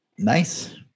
nice